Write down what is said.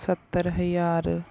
ਸੱਤਰ ਹਜ਼ਾਰ